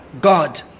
God